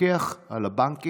מפקח או, זה ביחד, שני הגורמים.